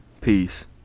Peace